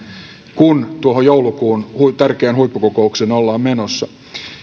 kun tuohon joulukuun tärkeään huippukokoukseen ollaan menossa